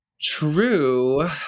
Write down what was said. true